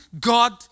God